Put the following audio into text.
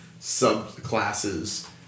subclasses